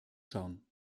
schauen